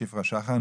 שפרה שחם.